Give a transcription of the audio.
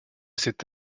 cet